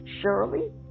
Shirley